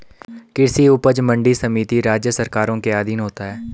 कृषि उपज मंडी समिति राज्य सरकारों के अधीन होता है